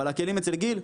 אבל הכלים אצל גיל,